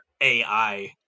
AI